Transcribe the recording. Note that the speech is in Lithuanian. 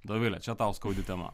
dovile čia tau skaudi tema